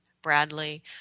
Bradley